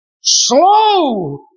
slow